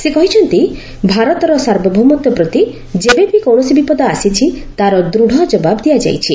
ସେ କହିଛନ୍ତି ଭାରତର ସାର୍ବଭୌମତ୍ୱ ପ୍ରତି ଯେବେବି କୌଣସି ବିପଦ ଆସିଛି ତାର ଦୂଢ଼ ଜବାବ ଦିଆଯାଇଛି